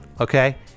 Okay